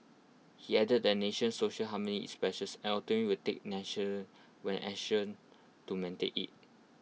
he added that the nation social harmony is precious and authorities will take action when necessary to maintain IT